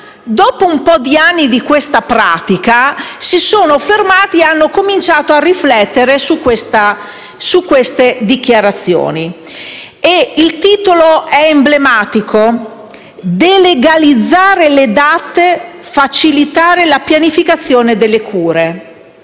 dopo un po' di anni di questa pratica, si sono fermati e hanno cominciato a riflettere su queste dichiarazioni. Il titolo è emblematico: «Delegalizzare le direttive anticipate di